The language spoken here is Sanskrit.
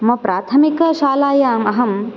मम प्राथमिकशालायाम् अहं